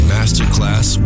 Masterclass